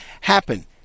happen